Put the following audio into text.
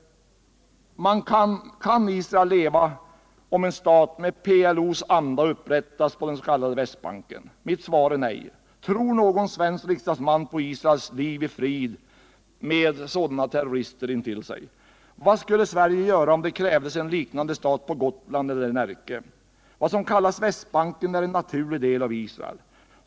Kan Israel leva om en stat i PLO:s anda upprättas på den s.k. Västbanken? Mitt svar är nej. Tror någon svensk riksdagsman på Israels liv i fred med sådana terrorister intill sig? Vad skulle Sverige göra om det krävdes en liknande stat på Gotland eller i Närke? Vad som kallas Västbanken är en naturlig del av Israel.